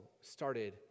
started